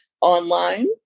online